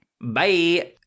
Bye